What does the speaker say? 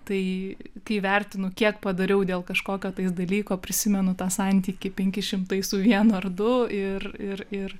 tai kai vertinu kiek padariau dėl kažkokio dalyko prisimenu tą santykį penki šimtai su vienu ar du ir ir ir